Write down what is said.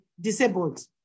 disabled